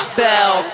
bell